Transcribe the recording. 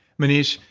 maneesh,